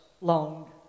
long